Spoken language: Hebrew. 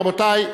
רבותי,